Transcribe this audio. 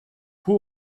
who